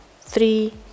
three